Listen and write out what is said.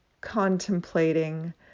contemplating